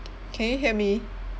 can you hear me